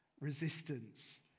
resistance